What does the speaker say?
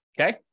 okay